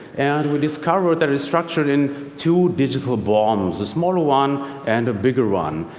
and we discovered that it's structured in two digital bombs a smaller one and a bigger one.